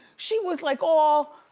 she was like all,